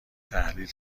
تحلیل